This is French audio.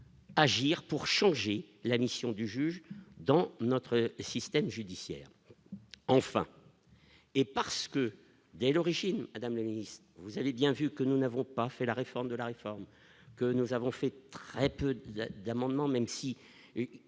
Agir pour changer la mission du juge dans notre système judiciaire, enfin, et parce que, dès l'origine, madame le ministre, vous avez bien vu que nous n'avons pas fait la réforme de la réforme que nous avons fait très peu d'amendements, même si